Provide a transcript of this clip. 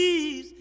please